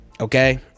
Okay